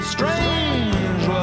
Strange